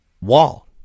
wall